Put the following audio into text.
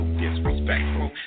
disrespectful